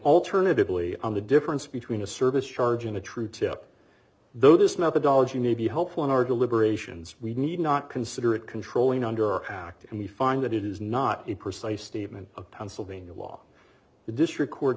alternatively on the difference between a service charge and a true tip though this methodology may be helpful in our deliberations we need not consider it controlling under our act and we find that it is not a precise statement of pennsylvania law the district court